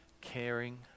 caring